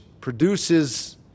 produces